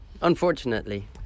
Unfortunately